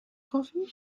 coffee